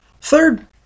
Third